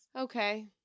Okay